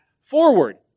forward